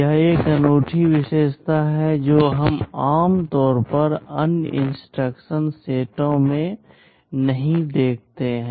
यह एक अनूठी विशेषता है जो हम आमतौर पर अन्य इंस्ट्रक्शन सेटों में नहीं देखते हैं